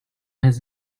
his